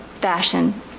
fashion